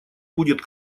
будет